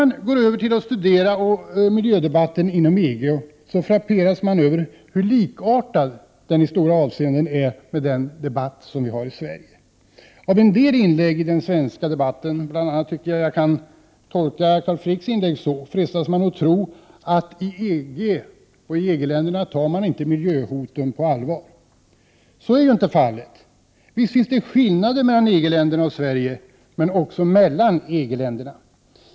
När man så studerar miljödebatten inom EG frapperas man av hur likartad denna i stort är med den svenska debatten. Av en del inlägg i den svenska debatten — det gäller bl.a. Carl Fricks inlägg — frestas man emellertid att tro att EG och EG-länderna inte tar miljöhoten på allvar. Så är inte fallet. Visst finns det skillnader mellan EG-länderna och Sverige. Men det finns också skillnader mellan de olika EG-länderna.